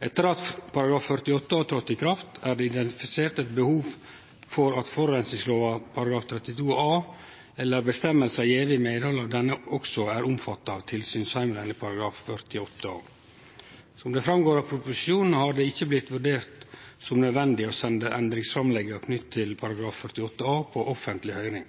Etter at § 48 a tredde i kraft, er det identifisert eit behov for at forureiningslova § 32 a eller føresegner gjevne i medhald av denne også er omfatta av tilsynsheimelen i § 48 a. Som det framgår av proposisjonen, har det ikkje blitt vurdert som nødvendig å sende endringsframlegget knytt til § 48 a på offentleg høyring.